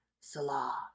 Salah